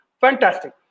Fantastic